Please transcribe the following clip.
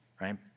Right